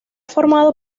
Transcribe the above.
formado